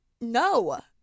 No